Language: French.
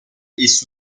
est